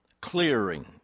Clearing